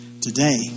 Today